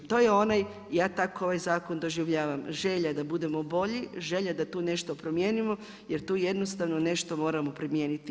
To je onaj, ja tako ovaj zakon doživljavam, želja da budemo bolji, želja da tu nešto promijenimo, jer tu jednostavno nešto moramo primijeniti.